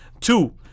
Two